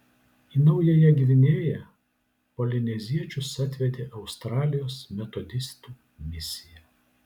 į naująją gvinėją polineziečius atvedė australijos metodistų misija